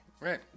Right